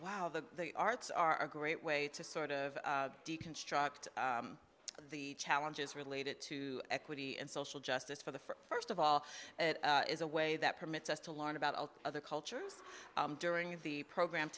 wow the arts are a great way to sort of deconstruct the challenges related to equity and social justice for the for first of all it is a way that permits us to learn about other cultures during the program